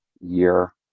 year